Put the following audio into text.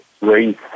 race